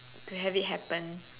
to have it happen